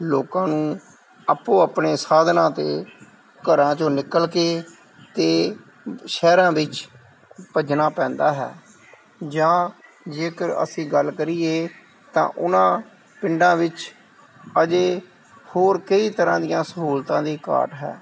ਲੋਕਾਂ ਨੂੰ ਆਪੋ ਆਪਣੇ ਸਾਧਨਾਂ 'ਤੇ ਘਰਾਂ 'ਚੋਂ ਨਿਕਲ ਕੇ ਅਤੇ ਸ਼ਹਿਰਾਂ ਵਿੱਚ ਭੱਜਣਾ ਪੈਂਦਾ ਹੈ ਜਾਂ ਜੇਕਰ ਅਸੀਂ ਗੱਲ ਕਰੀਏ ਤਾਂ ਉਹਨਾਂ ਪਿੰਡਾਂ ਵਿੱਚ ਅਜੇ ਹੋਰ ਕਈ ਤਰ੍ਹਾਂ ਦੀਆਂ ਸਹੂਲਤਾਂ ਦੀ ਘਾਟ ਹੈ